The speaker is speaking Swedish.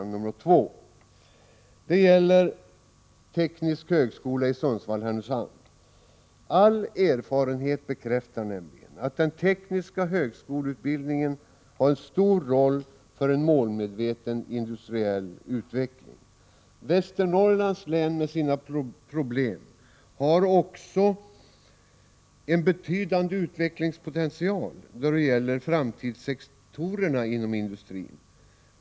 Det gäller teknisk högskola i Sundsvall-Härnösand. All erfarenhet bekräftar nämligen att den tekniska högskoleutbildningen spelar en stor roll för en målmedveten industriell utveckling. Västernorrlands län har, med alla sina problem, också en betydande utvecklingspotential i vad gäller framtidssektorerna inom industrin.